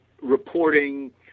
reporting